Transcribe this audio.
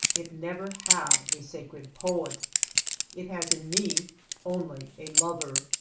it never had a sacred poet it has in me only a lover.